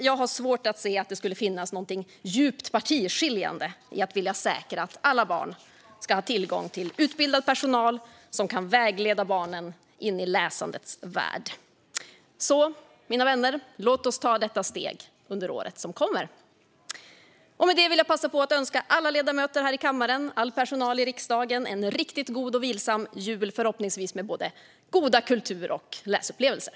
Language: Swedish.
Jag har svårt att se att det skulle finnas någonting djupt partiskiljande i att vilja säkra att alla barn ska ha tillgång till utbildad personal som kan vägleda barnen in i läsandets värld. Låt oss, mina vänner, ta detta steg under året som kommer! Med detta vill jag passa på att önska alla ledamöter här i kammaren och all personal i riksdagen en riktigt god och vilsam jul, förhoppningsvis med goda kultur och läsupplevelser!